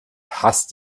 hasst